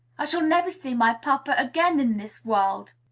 i shall never see my papa again in this world.